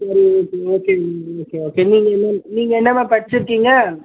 சரி ஓகே ஓகேங்கமா okay okay நீங்கள் என்ன நீங்கள் என்னமா படிச்சுர்க்கீங்க